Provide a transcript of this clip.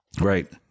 Right